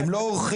הם לא אורחים.